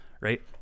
right